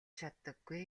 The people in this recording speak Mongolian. чаддаггүй